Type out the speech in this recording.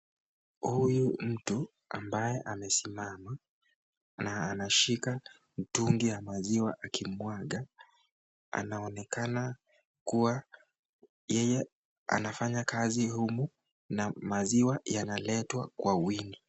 Huyu mtu ambaye amesimama na anshika mtungi ya maziwa akimwaga, anaonekana kuwa yeye anafanya kazi humu, na maziwa yanaletwa kwa wingi.